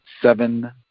seven